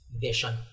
Vision